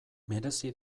merezi